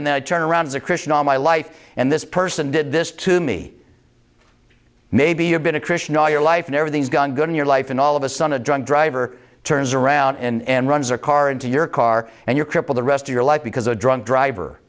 and then i turn around as a christian all my life and this person did this to me maybe you've been a christian all your life and everything's gone good in your life and all of a son a drunk driver turns around and runs her car into your car and your cripple the rest of your life because a drunk driver